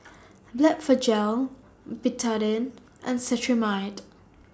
Blephagel Betadine and Cetrimide